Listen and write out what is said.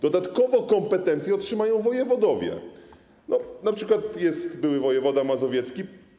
Dodatkowe kompetencje otrzymają wojewodowie, np. były wojewoda mazowiecki.